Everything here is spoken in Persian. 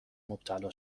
مبتلا